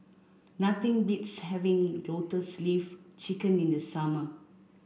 nothing beats having Lotus Leaf Chicken in the summer